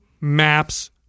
maps